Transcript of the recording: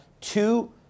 two